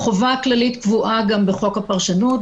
החובה הכללית קבועה גם בחוק הפרשנות,